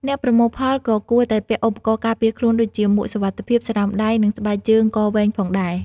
អ្នកប្រមូលផលក៏គួរតែពាក់ឧបករណ៍ការពារខ្លួនដូចជាមួកសុវត្ថិភាព ស្រោមដៃ និងស្បែកជើងកវែងផងដែរ។